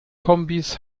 kombis